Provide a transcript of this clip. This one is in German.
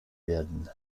werden